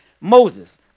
Moses